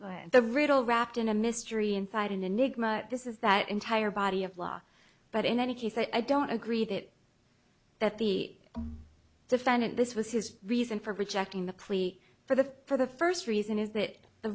as the riddle wrapped in a mystery inside an enigma this is that entire body of law but in any case i don't agree that that the defendant this was his reason for rejecting the plea for the for the first reason is that the